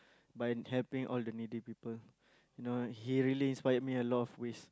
by helping all the needy people you know he really inspired me a lot of ways